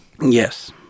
Yes